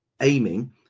aiming